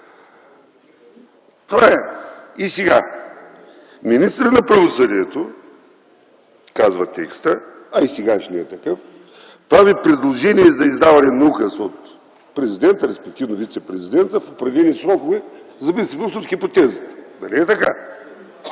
Това е. „Министърът на правосъдието” – казва текста, а и сегашният е такъв, „прави предложение за издаване на указ” – от президента, респективно вицепрезидента в определени срокове, в зависимост от хипотезата. Нали е така?